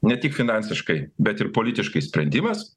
ne tik finansiškai bet ir politiškai sprendimas